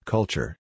Culture